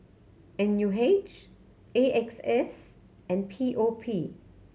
N U H A X S and P O P